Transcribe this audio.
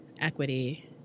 equity